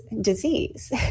disease